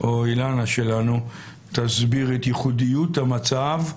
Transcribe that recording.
אילנה שלנו תסביר את ייחודיות המצב,